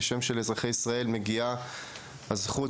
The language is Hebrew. כשם שלאזרחי ישראל מגיעה הזכות,